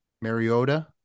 Mariota